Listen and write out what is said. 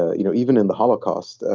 you know, even in the holocaust,